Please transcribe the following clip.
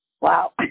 Wow